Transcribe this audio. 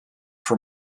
for